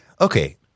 okay